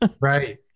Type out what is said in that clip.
Right